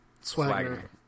Swagger